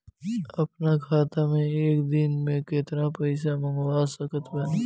अपना खाता मे एक दिन मे केतना पईसा मँगवा सकत बानी?